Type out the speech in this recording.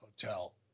hotel